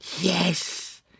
yes